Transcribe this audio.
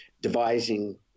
devising